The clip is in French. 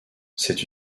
cette